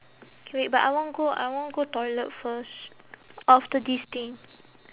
K wait but I want go I want go toilet first after this thing